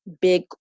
big